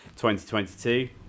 2022